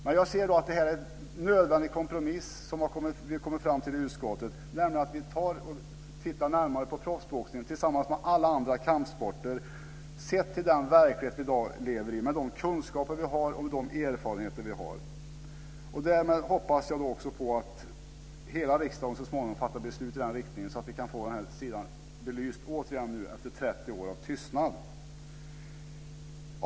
Men jag ser att det är en nödvändig kompromiss som vi har kommit fram till i utskottet, nämligen att vi tittar närmare på proffsboxningen tillsammans med alla andra kampsporter, sedda i den verklighet vi i dag lever i och med de kunskaper vi har och de erfarenheter vi har. Därmed hoppas jag också på att hela riksdagen så småningom fattar beslut i den riktningen, så att vi återigen kan få den sidan belyst efter 30 år av tystnad.